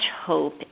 hope